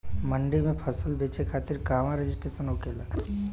मंडी में फसल बेचे खातिर कहवा रजिस्ट्रेशन होखेला?